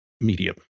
medium